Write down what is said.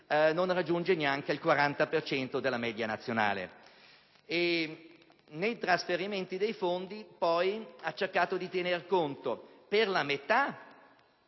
non raggiungeva neanche il 40 per cento della media nazionale. Nei trasferimenti dei fondi ha cercato poi di tener conto, per la metà,